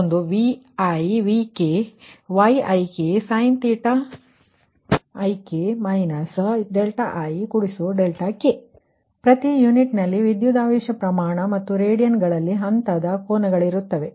ಆದ್ದರಿಂದ ಪ್ರತಿ ಯೂನಿಟ್ನಲ್ಲಿ ವಿದ್ಯುದಾವೇಶದ ಪ್ರಮಾಣ ಮತ್ತು ರೇಡಿಯನ್ಗಳಲ್ಲಿ ಹಂತದ ಕೋನಗಳಿರುತ್ತವೆ